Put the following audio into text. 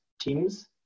teams